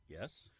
Yes